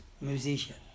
musician